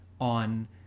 on